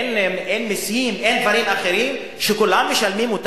אין מסים, אין דברים אחרים שכולם משלמים?